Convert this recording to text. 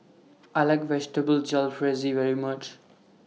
I like Vegetable Jalfrezi very much